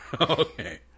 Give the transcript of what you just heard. Okay